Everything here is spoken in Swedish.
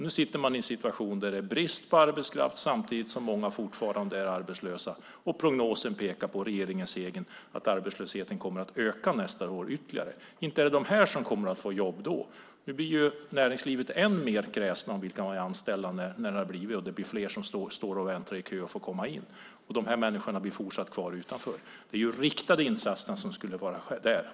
Nu befinner man sig i en situation där det är brist på arbetskraft samtidigt som många fortfarande är arbetslösa, och regeringens egen prognos pekar på att arbetslösheten kommer att öka ytterligare nästa år. Inte är det dessa människor som kommer att få jobb då. Näringslivet blir nu än mer kräset när det gäller vilka som man vill anställa när fler står i kö och väntar på att få komma in på arbetsmarknaden. Och dessa människor kommer även i fortsättningen att stå kvar utanför arbetsmarknaden. Det är riktade insatser som skulle finnas där.